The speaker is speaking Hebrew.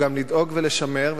הוא גם לדאוג ולשמר,